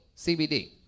CBD